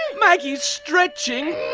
maggie is stretching